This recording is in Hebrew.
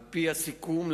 על-פי הסיכום,